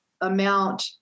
amount